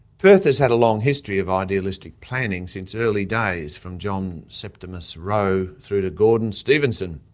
perth has had a long history of idealistic planning since early days, from john septimus roe through to gordon stephenson.